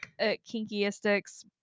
Kinkyistics